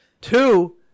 Two